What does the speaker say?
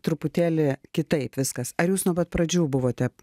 truputėlį kitaip viskas ar jūs nuo pat pradžių buvote